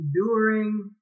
enduring